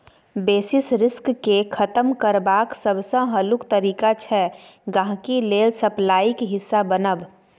basis risk केँ खतम करबाक सबसँ हल्लुक तरीका छै गांहिकी लेल सप्लाईक हिस्सा बनब